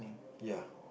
ya